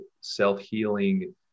self-healing